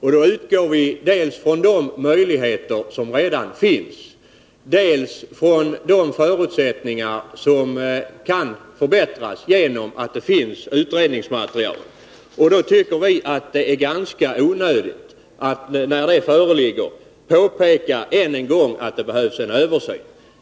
Vi utgår dels från de möjligheter som redan finns, dels från de förutsättningar som kan förbättras genom att det finns utredningsmaterial. Därför tycker vi att det är ganska onödigt att än en gång påpeka att det behövs en översyn.